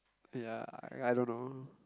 yeah I I don't know